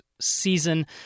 season